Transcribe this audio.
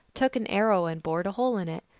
took an arrow and bored a hole in it,